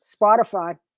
spotify